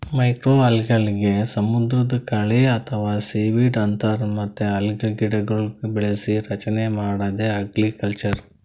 ಮೈಕ್ರೋಅಲ್ಗೆಗಳಿಗ್ ಸಮುದ್ರದ್ ಕಳಿ ಅಥವಾ ಸೀವೀಡ್ ಅಂತಾರ್ ಮತ್ತ್ ಅಲ್ಗೆಗಿಡಗೊಳ್ನ್ ಬೆಳಸಿ ರಚನೆ ಮಾಡದೇ ಅಲ್ಗಕಲ್ಚರ್